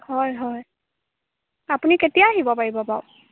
হয় হয় আপুনি কেতিয়া আহিব পাৰিব বাৰু